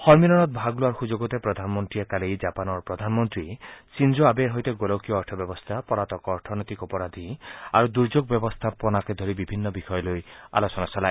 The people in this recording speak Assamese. সম্মিলনত ভাগ লোৱাৰ সুযোগতে প্ৰধানমন্ত্ৰীয়ে কালি জাপানৰ প্ৰধানমন্ত্ৰী শ্বীনজ' আবেৰ সৈতে গোলকীয় অৰ্থব্যৱস্থা পলাতক অৰ্থনৈতিক অপৰাধী আৰু দুৰ্যোগ ব্যৱস্থাপনাকে ধৰি বিভিন্ন বিষয় লৈ আলোচনা চলায়